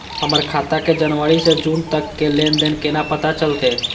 हमर खाता के जनवरी से जून तक के लेन देन केना पता चलते?